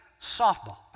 softball